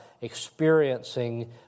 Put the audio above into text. experiencing